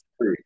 three